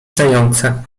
zająca